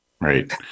Right